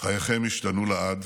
חייכם השתנו לעד.